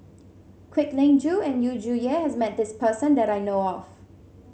Kwek Leng Joo and Yu Zhuye has met this person that I know of